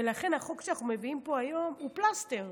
ולכן, החוק שאנחנו מביאים פה היום הוא פלסטר,